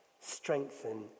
strengthen